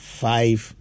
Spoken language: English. five